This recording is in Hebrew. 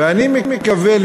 ואני מקווה,